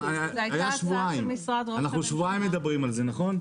היו שבועיים, אנחנו שבועיים מדברים על זה, נכון?